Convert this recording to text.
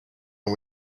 and